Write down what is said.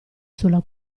sulla